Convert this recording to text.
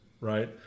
right